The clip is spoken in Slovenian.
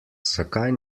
zakaj